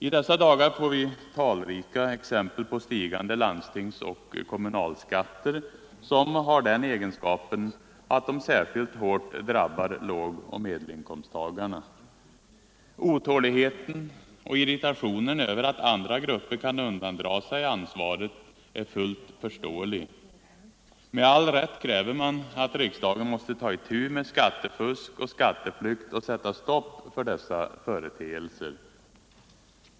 I dessa dagar får vi talrika exempel på stigande landstingsoch kommunalskatter, som har den egenskapen att de särskilt hårt drabbar lågoch medelinkomsttagarna. Otåligheten och irritationen över att andra grupper kan undandra sig ansvaret är något fullt förståeligt. Med all rätt kräver man att riksdagen måste ta itu med skattefusk och skatteflykt och sätta stopp för dessa företeelser.